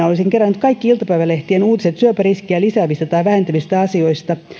olisin kerännyt kaikki iltapäivälehtien uutiset syöpäriskiä lisäävistä tai vähentävistä asioista